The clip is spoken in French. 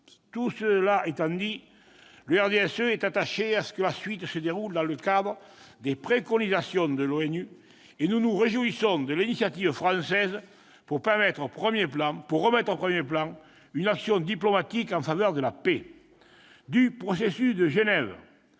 apportées, le RDSE est attaché à ce que la suite se déroule dans le cadre des préconisations de l'ONU et nous nous réjouissons de l'initiative française pour remettre au premier plan une action diplomatique en faveur de la paix. Du processus de Genève